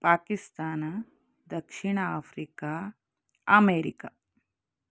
ಪಾಕಿಸ್ತಾನ ದಕ್ಷಿಣ Africa America